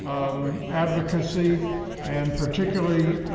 um, advocacy and particularly,